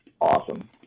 awesome